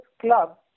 Club